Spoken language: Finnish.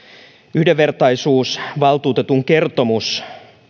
yhdenvertaisuusvaltuutetun kertomus